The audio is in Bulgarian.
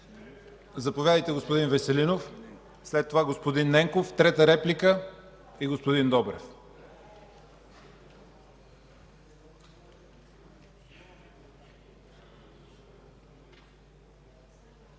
Заповядайте, господин Веселинов, след това господин Ненков, трета реплика – господин Добрев.